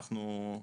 אני נעשה.